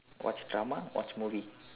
watch drama watch movie